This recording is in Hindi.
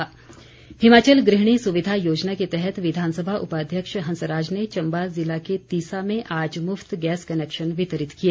हंसराज हिमाचल गृहिणी सुविधा योजना के तहत विधानसभा उपाध्यक्ष हंसराज ने चम्बा जिले के तीसा में आज मुफ्त गैस कनैक्शन वितरित किए